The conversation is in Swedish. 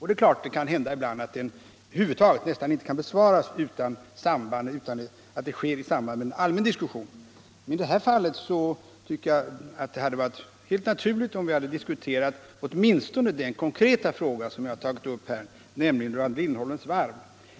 Det är klart att det ibland kan hända att denna inte kan besvaras annat än i samband med en allmän diskussion, men i det här fallet tycker jag att det hade varit helt naturligt, om vi hade diskuterat åtminstone den konkreta fråga jag har tagit upp, nämligen Lindholmens varv.